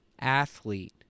athlete